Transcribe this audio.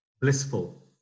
blissful